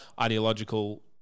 ideological